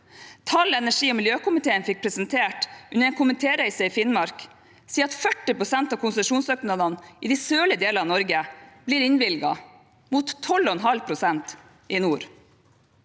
Tall energi- og miljøkomiteen fikk presentert under en komitéreise i Finnmark, sier at 40 pst. av konsesjonssøknadene i de sørlige deler av Norge blir innvilget, mot 12,5 pst. i nord.